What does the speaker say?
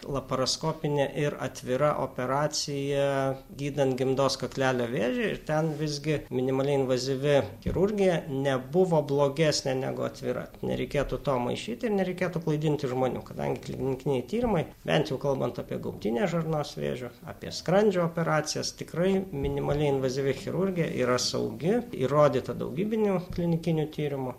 laparoskopinė ir atvira operacija gydant gimdos kaklelio vėžį ir ten visgi minimaliai invazyvi chirurgija nebuvo blogesnė negu atvira nereikėtų to maišyti ir nereikėtų klaidinti žmonių kadangi klinikiniai tyrimai bent jau kalbant apie gaubtinės žarnos vėžius apie skrandžio operacijas tikrai minimaliai invazyvi chirurgija yra saugi įrodyta daugybinių klinikinių tyrimų